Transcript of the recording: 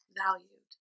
valued